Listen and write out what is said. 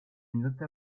nota